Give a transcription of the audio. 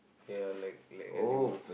ya like like animals